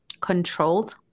controlled